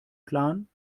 plan